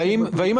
אחר.